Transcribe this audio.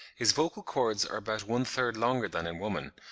his vocal cords are about one-third longer than in woman,